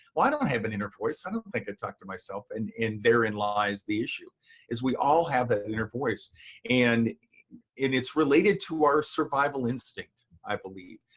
don't have an inner voice. i don't think i talk to myself. and and therein lies the issue is we all have that inner voice and and it's related to our survival instinct, i believe.